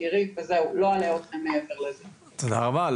תודה רבה.